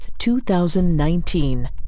2019